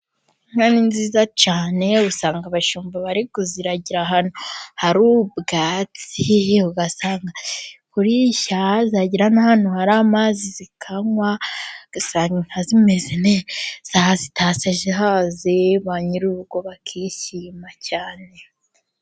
Inka ni nziza cyane usanga abashumba bari kuziragira ahantu hari ubwatsi, ugasanga ziri kurisha, zagera n'ahantu hari amazi zikanywa ugasanga Inka zimeze neza zitashe zihaze, ba nyir'urugo bakishima cyane.